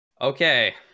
Okay